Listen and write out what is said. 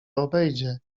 obejdzie